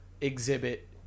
exhibit